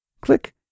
Click